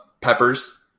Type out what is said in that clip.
peppers